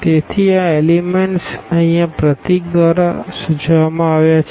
તેથી આ એલીમેન્ટ્સ અહીં આ સિમ્બોલ દ્વારા સૂચવવામાં આવ્યા છે